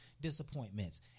Disappointments